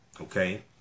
Okay